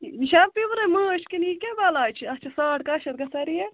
یہِ چھا حظ پِورٕے ماچھ کِنہٕ یہِ کیاہ بَلاے چھِ اَتھ چھِ ساڈ کاہ شٮ۪تھ گَژھان ریٹ